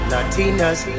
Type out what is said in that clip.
Latinas